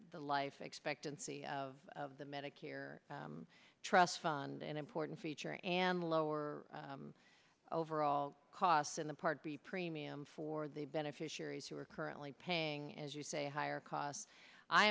the life expectancy of the medicare trust fund an important feature and lower overall costs in the part b premium for the beneficiaries who are currently paying as you say a higher cost i